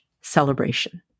celebration